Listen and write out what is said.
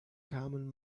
kamen